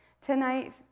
tonight